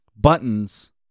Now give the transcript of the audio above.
buttons